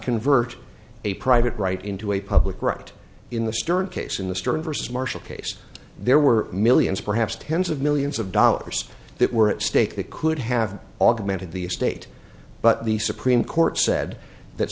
convert a private right into a public right in the stern case in the stern versus marshall case there were millions perhaps tens of millions of dollars that were at stake that could have augmented the estate but the supreme court said that